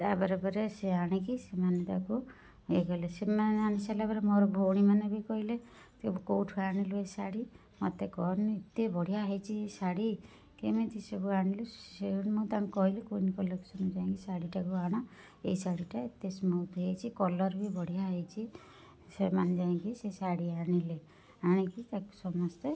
ତା ପରେ ପରେ ସିଏ ଆଣିକି ସେମାନେ ତାକୁ ଇଏ କଲେ ସେମାନେ ଆଣିସାଇଲା ପରେ ବି ମୋର ଭଉଣୀମାନେ ବି କହିଲେ ଯେ କେଉଁଠୁ ଆଣିଲୁ ଏ ଶାଢ଼ି ମତେ କହନି ଏତେ ବଢ଼ିଆ ହେଇଛି ଏ ଶାଢ଼ି କେମିତି ସବୁ ଆଣିଲୁ ସେଇଠୁ ମୁଁ ତାଙ୍କୁ କହିଲି କୁଇନ୍ କଲେକ୍ସନରୁ ଯାଇଁକି ଶାଢ଼ିଟାକୁ ଆଣ ଏଇ ଶାଢ଼ିଟା ଏତେ ସ୍ମୁଥ୍ ହେଇଛି କଲର ବି ବଢ଼ିଆ ହେଇଛି ସେମାନେ ଯାଇଁକି ସେ ଶାଢ଼ି ଆଣିଲେ ଆଣିକି ତାକୁ ସମସ୍ତେ